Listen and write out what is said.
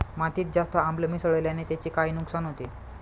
मातीत जास्त आम्ल मिसळण्याने त्याचे काय नुकसान होते?